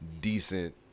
decent